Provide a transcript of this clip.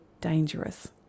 dangerous